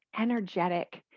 energetic